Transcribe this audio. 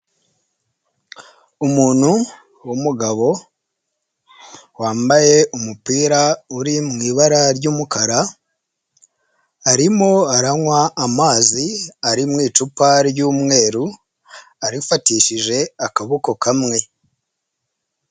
Umuntu w'umugabo wambaye umupira uri mu ibara ry'umukara, arimo aranywa amazi ari mu icupa ry'umweru, arifatishije akaboko kamwe.